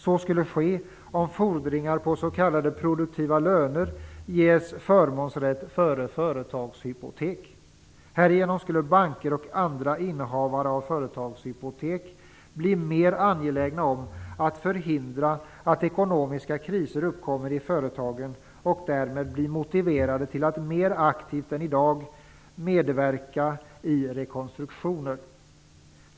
Så skulle ske om fordringar på s.k. produktiva löner ges förmånsrätt före företagshypotek. Härigenom skulle banker och andra innehavare av företagshypotek bli mer angelägna om att förhindra att ekonomiska kriser uppkommer i företagen och därmed bli motiverade till att mer aktivt än i dag medverka i rekonstruktioner.